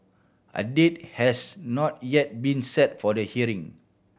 a date has not yet been set for the hearing